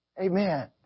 Amen